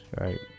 Right